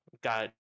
got